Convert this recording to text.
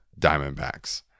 Diamondbacks